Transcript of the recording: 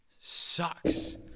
sucks